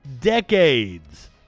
decades